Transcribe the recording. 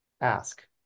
ask